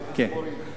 אתה אמרת שזה כנראה,